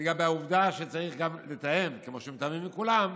לגבי העובדה שצריך גם לתאם, כמו שמתאמים עם כולם,